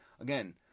again